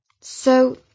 So